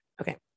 Okay